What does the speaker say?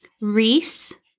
Reese